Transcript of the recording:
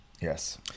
yes